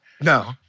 No